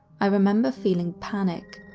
i remember feeling panic.